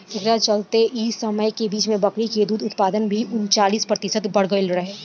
एकरा चलते एह समय के बीच में बकरी के दूध के उत्पादन भी उनचालीस प्रतिशत बड़ गईल रहे